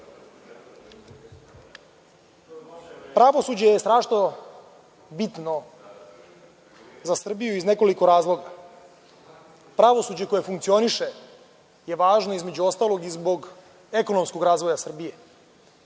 uticaja. Pravosuđe je strašno bitno za Srbiju, i to iz nekoliko razloga. Pravosuđe koje funkcioniše je važno, između ostalog, i zbog ekonomskog razvoja Srbije.